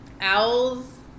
owls